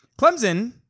Clemson